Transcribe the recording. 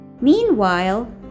Meanwhile